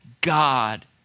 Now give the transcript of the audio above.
God